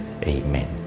Amen